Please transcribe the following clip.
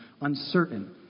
uncertain